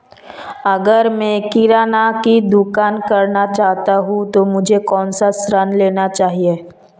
अगर मैं किराना की दुकान करना चाहता हूं तो मुझे कौनसा ऋण लेना चाहिए?